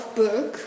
book